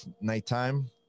nighttime